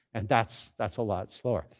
and that's that's a lot slower.